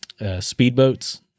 speedboats